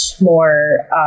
more